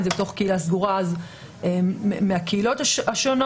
אם מתוך קהילה סגורה אז מהקהילות השונות.